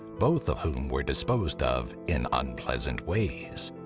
both of whom were disposed of in unpleasant ways.